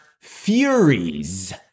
Furies